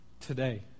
today